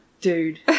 dude